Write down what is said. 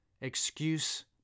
Excuse